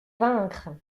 vaincre